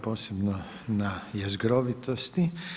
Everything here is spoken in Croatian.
Posebno na jezgrovitosti.